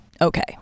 okay